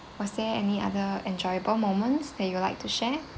was there any other enjoyable moments that you would like to share